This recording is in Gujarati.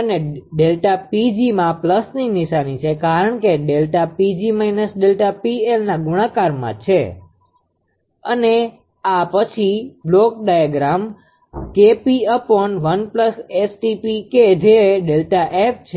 અને ΔPgમાં પ્લસની નિશાની છે કારણ કે ΔPg − ΔPLના ગુણાકારમાં આ છે અને પછી બ્લોક ડાયાગ્રામ 𝐾𝑝1 𝑆𝑇𝑝 કે જે Δf છે